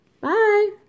Bye